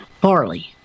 barley